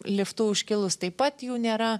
liftu užkilus taip pat jų nėra